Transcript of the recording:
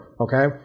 okay